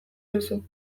duzu